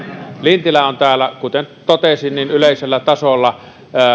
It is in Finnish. lintilä on täällä kuten totesin niin yleisellä tasolla